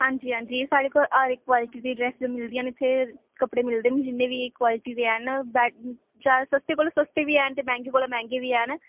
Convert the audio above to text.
हांजी हांजी स्हाड़े कोल हर इक्क क्वालिटी दी ड्रैस मिलदी इत्थे कपड़े मिलदे न जिन्ने बी क्वालिटी दे हैन सस्ते कोला सस्ते बी हैन ते मैहंगे कोला मैहंगे बी हैन